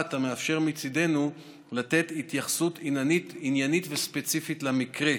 המאפשר מצידנו לתת התייחסות עניינית וספציפית למקרה.